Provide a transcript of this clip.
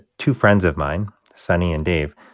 two friends of mine, sonny and dave,